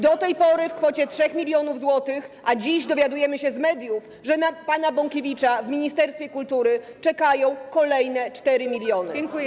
Do tej pory - w kwocie 3 mln zł, a dziś dowiadujemy się z mediów, że na pana Bąkiewicza w ministerstwie kultury czekają kolejne 4 mln.